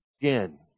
again